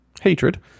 hatred